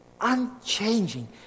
unchanging